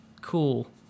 cool